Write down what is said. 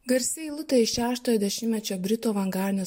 garsi eilutė iš šeštojo dešimtmečio britų avangardinio